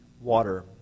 water